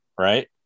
right